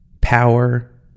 power